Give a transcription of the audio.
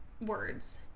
words